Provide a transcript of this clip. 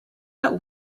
out